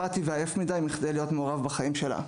אפתי ועייף מדי מכדי להיות מעורב בחיים שלה,